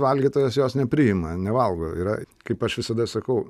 valgytojas jos nepriima nevalgo yra kaip aš visada sakau